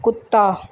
ਕੁੱਤਾ